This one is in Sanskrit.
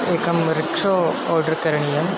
एकं रिक्शो आर्डर् करणीयम्